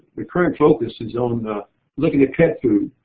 the current focus is on and looking at pet food.